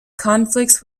conflicts